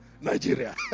Nigeria